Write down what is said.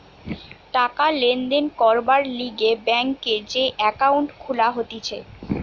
টাকা লেনদেন করবার লিগে ব্যাংকে যে একাউন্ট খুলা হতিছে